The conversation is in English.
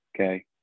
okay